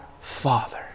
Father